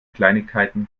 kleinigkeiten